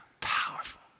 Powerful